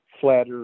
flatter